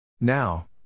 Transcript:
Now